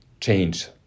change